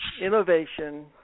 innovation